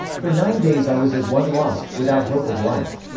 for nine days i was as one lost, without hope of life.